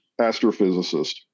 astrophysicist